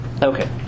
Okay